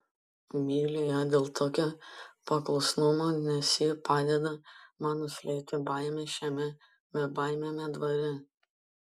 myliu ją dėl tokio paklusnumo nes ji padeda man nuslėpti baimę šiame bebaimiame dvare